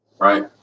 Right